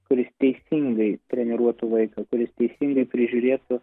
kuris teisingai treniruotų vaiką kuris teisingai prižiūrėtų